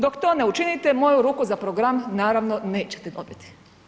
Dok to ne učinite moju ruku za program naravno nećete dobiti.